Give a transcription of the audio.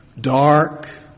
dark